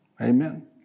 Amen